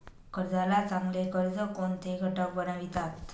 कर्जाला चांगले कर्ज कोणते घटक बनवितात?